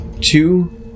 two